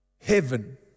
heaven